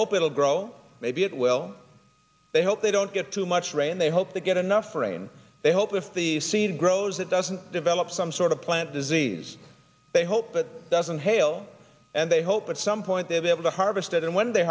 hope it'll grow maybe it will they hope they don't get too much rain they hope they get enough rain they hope if the seed grows it doesn't develop some sort of plant disease they hope it doesn't hail and they hope at some point they'll be able to harvest it and when they